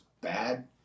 bad